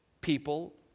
people